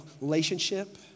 relationship